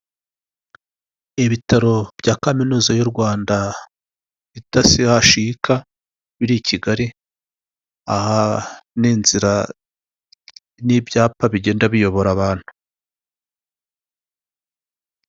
Ibitaro bya kaminuza y'u Rwanda bita Sehashika biri i Kigali. Aha ni inzira n'ibyapa bigenda biyobora abantu.